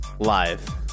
live